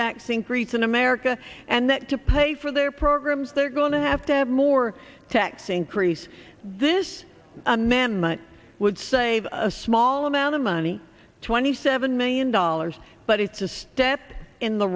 tax increase in america and that to pay for their programs they're going to have to have more tax increase this amendment would save a small amount of money twenty seven million dollars but it's a step in the